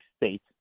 State